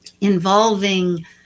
involving